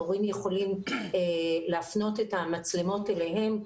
המורים יכולים להפנות את המצלמות אליהם.